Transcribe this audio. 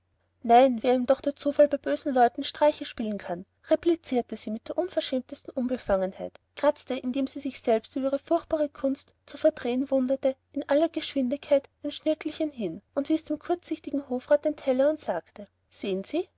mart nein wie einem doch der zufall bei bösen leuten streiche spielen kann replizierte sie mit der unverschämtesten unbefangenheit kratzte indem sie sich selbst über ihre furchtbare kunst zu verdrehen wunderte in aller geschwindigkeit ein schnirkelchen hin wies dem kurzsichtigen hofrat den teller und sagte sehen sie